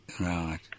Right